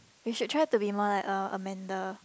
we should be try to be more like uh Amanda